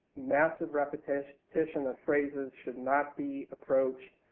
massive repetition repetition of phrases should not be approached.